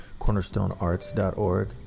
cornerstonearts.org